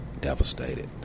devastated